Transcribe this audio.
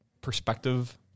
perspective